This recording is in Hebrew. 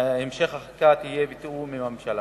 והמשך החקיקה יהיה בתיאום עם הממשלה.